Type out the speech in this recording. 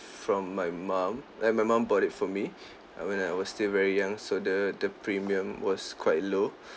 from my mum like my mum bought it for me uh when I was still very young so the the premium was quite low